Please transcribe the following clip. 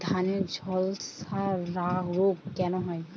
ধানে ঝলসা রোগ কেন হয়?